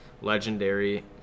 legendary